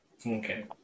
Okay